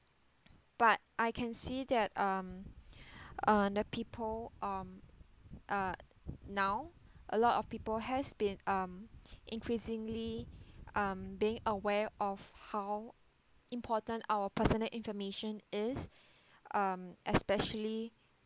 but I can see that um um the people um uh now a lot of people has been um increasingly um being aware of how important our personal information is um especially